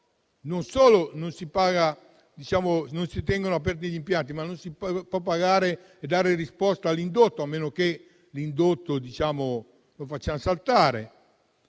non solo non si tengono aperti gli impianti, ma non si può pagare e dare risposta all'indotto, a meno che l'indotto non lo facciamo saltare